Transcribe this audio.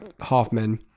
Hoffman